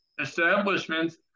establishments